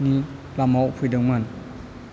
नि लामायाव फैदोंमोन